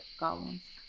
goblins.